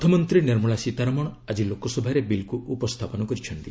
ଅର୍ଥମନ୍ତ୍ରୀ ନିର୍ମଳା ସୀତାରମଣ ଆଜି ଲୋକସଭାରେ ବିଲ୍କୁ ଉପସ୍ଥାପନ କରିଛନ୍ତି